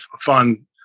fun